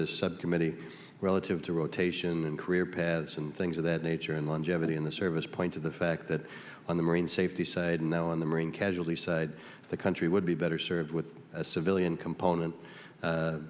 this subcommittee relative to rotation and career paths and things of that nature and longevity in the service point to the fact that on the marine safety side and then on the marine casualty side the country would be better served with a civilian component